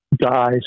dies